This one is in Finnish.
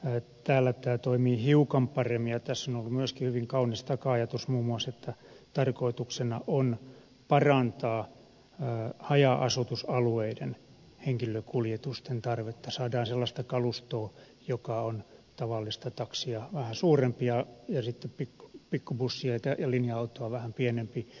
täällä tämä toimii hiukan paremmin ja tässä on ollut myöskin hyvin kaunis taka ajatus muun muassa että tarkoituksena on parantaa haja asutusalueiden henkilökuljetusten tarvetta saadaan sellaista kalustoa joka on tavallista taksia vähän suurempi ja sitten pikkubusseja ja linja autoa vähän pienempi